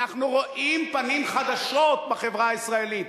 אנחנו רואים פנים חדשות בחברה הישראלית,